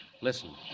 Listen